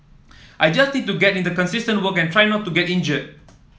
I just need to get in the consistent work and try not to get injured